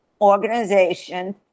organization